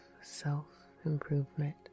self-improvement